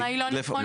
למה היא לא נכונה?